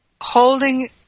holding